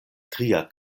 tria